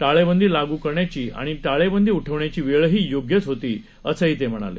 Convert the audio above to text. टाळेबंदी लागू करण्याची आणि टाळेबंदी उठवण्याची वेळही योग्यच होती असंही ते म्हणाले